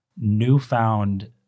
newfound